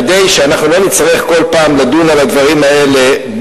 כדי שאנחנו לא נצטרך כל פעם לדון על הדברים האלה,